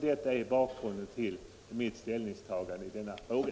Detta är bakgrunden till mitt ställningstagande i denna fråga.